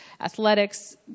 athletics